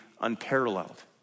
unparalleled